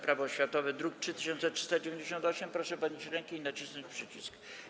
Prawo oświatowe, druk nr 3398, proszę podnieść rękę i nacisnąć przycisk.